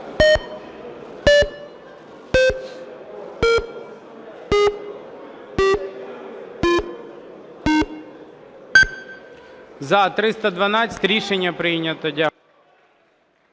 За-252 Рішення прийнято.